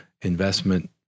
investment